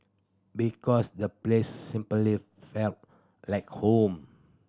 because the place simply felt like home